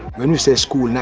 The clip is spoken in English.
when you say school,